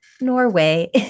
Norway